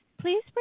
please